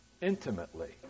intimately